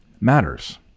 matters